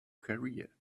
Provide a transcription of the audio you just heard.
career